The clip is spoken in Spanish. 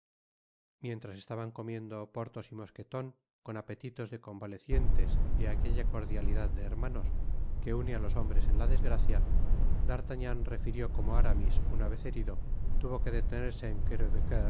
mientras estaban comiendo porthos y mosqueton con apetitos de convalecientes y aquella cordialidad de hermanos que une á los hombres en la des gracia d'artagnan refirió como aramis una vez herido tuvo que detenerse en